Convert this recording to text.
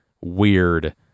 weird